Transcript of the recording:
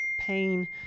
pain